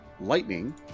Lightning